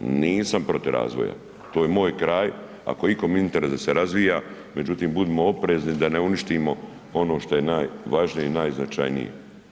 Nisam protiv razvoja, to je moj kraj, ako je ikome u interesu da se razvija, međutim budimo oprezni da ne uništimo ono što je najvažnije i najznačanije.